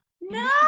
no